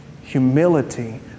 Humility